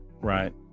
Right